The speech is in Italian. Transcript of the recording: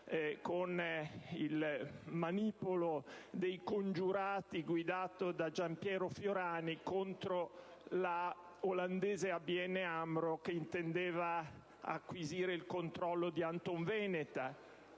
con il manipolo dei congiurati guidato da Gianpiero Fiorani, contro l'olandese ABN Amro che intendeva acquisire il controllo di Antonveneta.